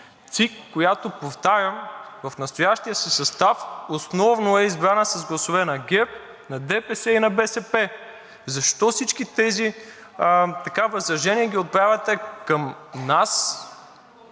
ЦИК, която, повтарям, в настоящия си състав основно е избрана с гласове на ГЕРБ, на ДПС и на БСП. Защо всички тези възражения ги отправяте към нас